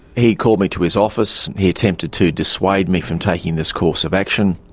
he called me to his office, he attempted to dissuade me from taking this course of action.